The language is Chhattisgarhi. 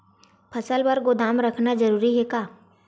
फसल बर गोदाम रखना जरूरी हे का?